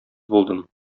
булдым